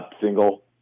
single